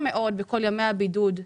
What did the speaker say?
עם כל ימי הבידוד.